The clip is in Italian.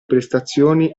prestazioni